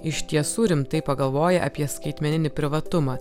iš tiesų rimtai pagalvoja apie skaitmeninį privatumą